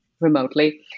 remotely